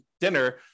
dinner